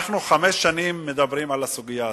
חמש שנים אנחנו מדברים על הסוגיה הזאת.